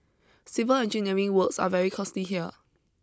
civil engineering works are very costly here